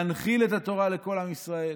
להנחיל את התורה לכל עם ישראל,